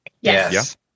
Yes